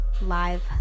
live